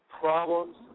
problems